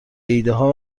ایدهها